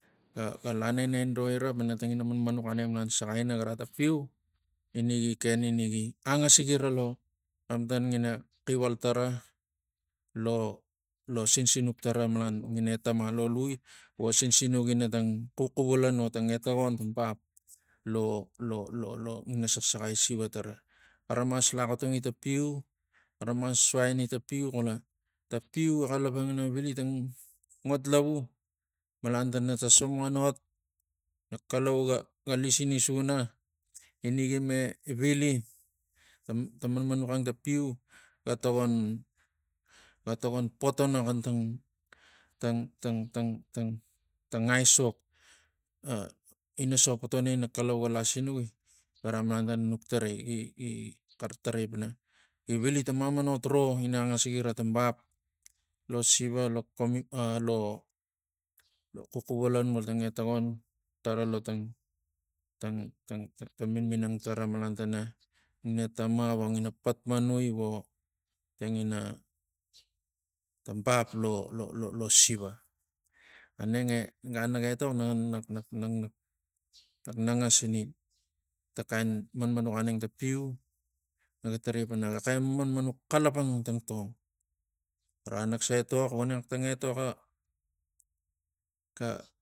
Ga- ga- ga lanenendoira pana tangina manmanux aneng malan tang saxai ina ara tang piu ina gi ken ina gi angasigira lo xematan ngina xival tara lo- lo- lo sinsinuk tara malan ngina etama lo lui vo sinsinuk inatang xuxuvulen o tang etagon ta bap lo- lo- lo- lo- lo ngina saxsaxai siva tara. Xara mas laxotongi tang piu xara mas suaini tang piu xula tang piu ga xalapang ina vili tang ngot lavu malan tana tang solouxan ot na kalau g- ga lisini suna ina gime vili tang tang manmanux ang tang piu ga tokon ga tokon potona xantang tang tang tang tang aisok ah ina so potona na kalau ga lasinugi gara malan tana nuk tarai gi- gi- gi xara tarai pana gi vili tang mamanot ro ina angasigina tang bap lo siva lo comi ah lo xuxuvulan multang eltagon tara lo tang tang tang tang minminang tara malan tana ngina eta ma vo ngina pat manui vo tangina bap lo- lo- lo siva aneng e ganaga etok naga nang nag nak nangas ini ta kain manmanux aneng ta piu na ga tarai pana gaxe manmanux xalapang tangtong gura nekse etok voneng ta etok ga- ga- ga